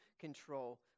control